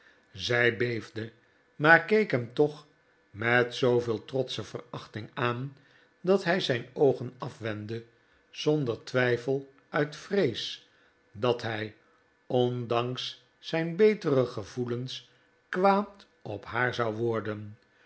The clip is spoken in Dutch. zij beefde maar keek hem toch met zooveel trotsche verachting aan dat hij zijn oogen afwendde zonder twijfel uit vrees dat hij ondanks zijn betere gevoelens kwaad op haar zou worden